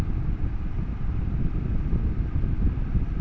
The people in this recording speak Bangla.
মাটির উর্বর শক্তি বাড়ানোর জন্য কি কি সার লাগে?